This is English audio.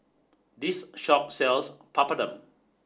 this shop sells Papadum